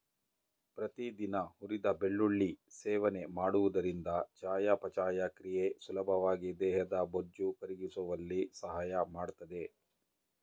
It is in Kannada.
ಪ್ರತಿದಿನ ಹುರಿದ ಬೆಳ್ಳುಳ್ಳಿ ಸೇವನೆ ಮಾಡುವುದರಿಂದ ಚಯಾಪಚಯ ಕ್ರಿಯೆ ಸುಲಭವಾಗಿ ದೇಹದ ಬೊಜ್ಜು ಕರಗಿಸುವಲ್ಲಿ ಸಹಾಯ ಮಾಡ್ತದೆ